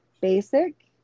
basic